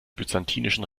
byzantinischen